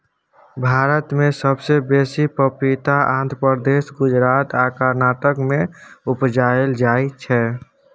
भारत मे सबसँ बेसी पपीता आंध्र प्रदेश, गुजरात आ कर्नाटक मे उपजाएल जाइ छै